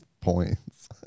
points